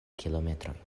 kilometroj